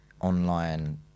online